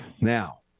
Now